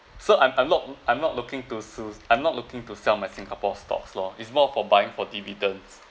so I'm I'm not I'm not looking to sol~ I'm not looking to sell my singapore stocks lor it's more for buying for dividends